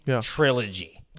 trilogy